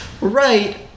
Right